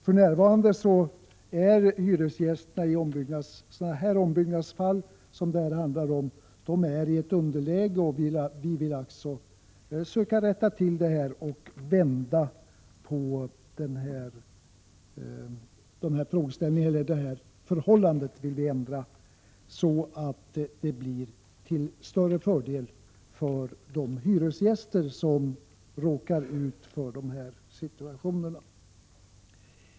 För närvarande befinner sig hyresgäster i ett underläge i sådana här fall. Vi vill rätta till detta och vända på förhållandet till hyresgästernas fördel i sådana situationer.